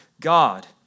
God